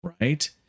Right